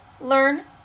learn